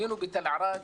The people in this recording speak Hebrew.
היינו בתל ערד,